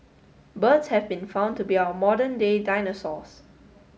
birds have been found to be our modern day dinosaurs